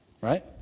Right